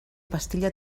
pastilla